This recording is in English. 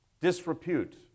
disrepute